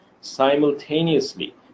simultaneously